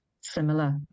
similar